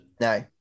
no